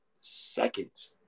seconds